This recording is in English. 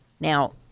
Now